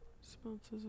Responses